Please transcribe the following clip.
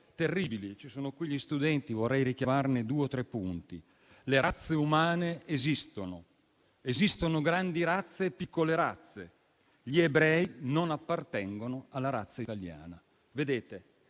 terribili. Ci sono qui gli studenti e vorrei richiamarne due o tre punti. Le razze umane esistono. Esistono grandi razze e piccole razze. Gli ebrei non appartengono alla razza italiana. Vedete,